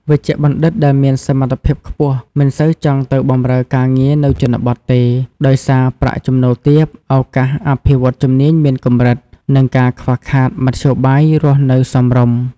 វេជ្ជបណ្ឌិតដែលមានសមត្ថភាពខ្ពស់មិនសូវចង់ទៅបម្រើការងារនៅជនបទទេ ដោយសារប្រាក់ចំណូលទាប ឱកាសអភិវឌ្ឍន៍ជំនាញមានកម្រិត និងការខ្វះខាតមធ្យោបាយរស់នៅសមរម្យ។